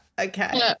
Okay